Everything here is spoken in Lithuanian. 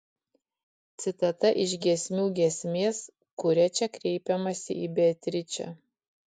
citata iš giesmių giesmės kuria čia kreipiamasi į beatričę